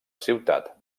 ciutat